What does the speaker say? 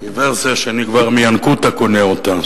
היא ורסיה שאני כבר מינקותא קונה אותה.